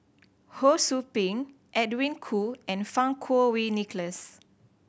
Ho Sou Ping Edwin Koo and Fang Kuo Wei Nicholas